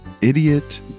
idiot